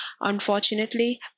Unfortunately